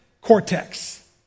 cortex